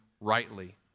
rightly